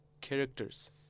characters